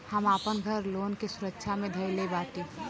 हम आपन घर लोन के सुरक्षा मे धईले बाटी